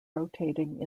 rotating